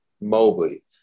Mobley